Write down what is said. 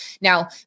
Now